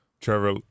Trevor